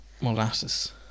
Molasses